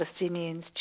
Palestinians